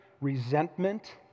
resentment